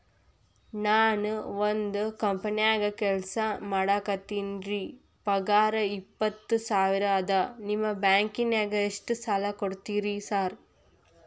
ನಾನ ಒಂದ್ ಕಂಪನ್ಯಾಗ ಕೆಲ್ಸ ಮಾಡಾಕತೇನಿರಿ ಪಗಾರ ಇಪ್ಪತ್ತ ಸಾವಿರ ಅದಾ ನಿಮ್ಮ ಬ್ಯಾಂಕಿನಾಗ ಎಷ್ಟ ಸಾಲ ಕೊಡ್ತೇರಿ ಸಾರ್?